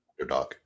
underdog